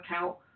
out